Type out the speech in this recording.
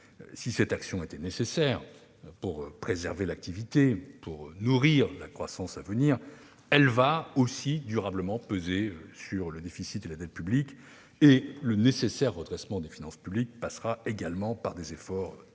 Si cette action était indispensable pour préserver l'activité et pour nourrir la croissance à venir, elle pèsera durablement sur le déficit et la dette publics. Le nécessaire redressement des finances publiques passera également par des efforts importants